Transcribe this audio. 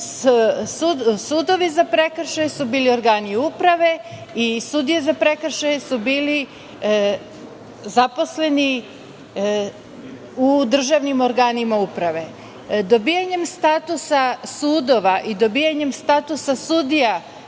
sudovi za prekršaje su bili organi uprave i sudije za prekršaje su bili zaposleni u državnim organima uprave. Dobijanjem statusa sudova i dobijanjem statusa sudija